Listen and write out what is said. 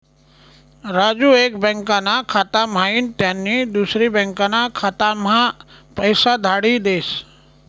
राजू एक बँकाना खाता म्हाईन त्यानी दुसरी बँकाना खाताम्हा पैसा धाडी देस